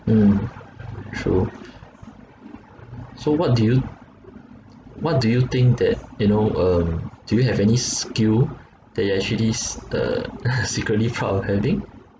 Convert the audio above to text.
mm true so what do you what do you think that you know um do you have any skill that you're actually s~ uh secretly proud of having